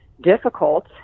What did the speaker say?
difficult